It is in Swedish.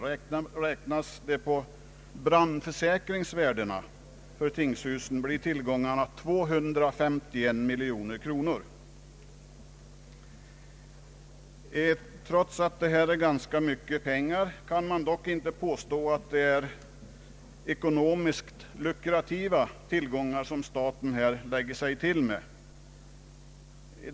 Räknar man med brandförsäkringsvärdena för tingshusen blir tillgångarna 251 miljoner kronor. Trots att detta är ganska mycket pengar kan man inte påstå att det är lukrativa tillgångar som staten här lägger sig till med.